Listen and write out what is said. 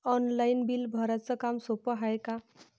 Online bill भराच काम सोपं हाय का?